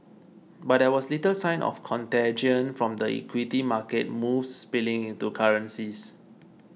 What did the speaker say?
but there was little sign of contagion from the equity market moves spilling into currencies